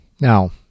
Now